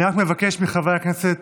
אני רק מבקש מחברי הכנסת,